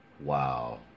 Wow